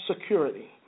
security